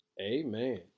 amen